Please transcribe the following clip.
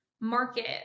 market